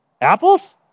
Apples